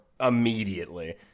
immediately